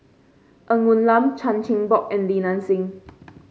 Ng Woon Lam Chan Chin Bock and Li Nanxing